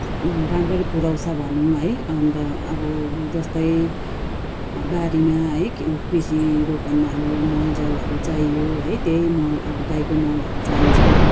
राम्ररी पुर्याउँछ भनौँ है अन्त अब जस्तै बारीमा है कृषि रोपनमा अब मलजलहरू चाहियो है त्यही मल अब गाईकै मलहरू चाहिन्छ